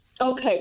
Okay